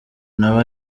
nawe